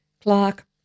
Clark